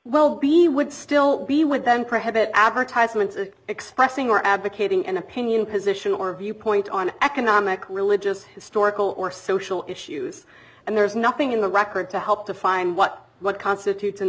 well be would still be with them credit advertisements in expressing or advocating an opinion position or viewpoint on economic religious historical or social issues and there's nothing in the record to help to find what what constitutes an